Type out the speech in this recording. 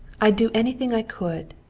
i'd do anything i could.